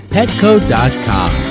Petco.com